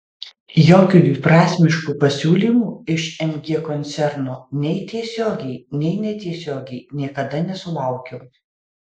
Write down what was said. jokių dviprasmiškų pasiūlymų iš mg koncerno nei tiesiogiai nei netiesiogiai niekada nesulaukiau